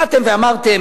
באתם ואמרתם